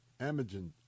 Amgen